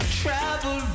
travel